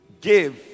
Give